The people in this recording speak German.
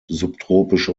subtropisch